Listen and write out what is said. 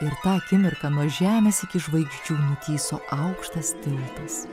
ir tą akimirką nuo žemės iki žvaigždžių nutįso aukštas tiltas